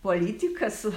politika su